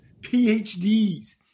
PhDs